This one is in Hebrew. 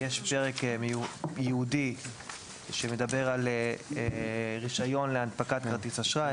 יש פרק ייעודי שמדבר על רישיון להנפקת כרטיס אשראי.